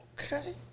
Okay